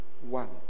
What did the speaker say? one